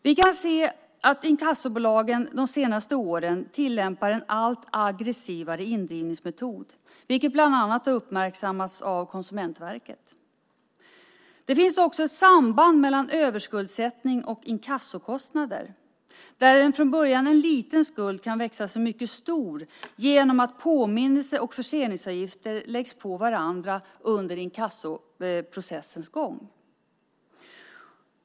Vi kan se att inkassobolagen de senaste åren tillämpar en allt aggressivare indrivningsmetod, vilket bland annat har uppmärksammats av Konsumentverket. Det finns också ett samband mellan överskuldsättning och inkassokostnader. En från början liten skuld kan växa sig mycket stor genom att påminnelse och förseningsavgifter läggs på varandra under inkassoprocessens gång.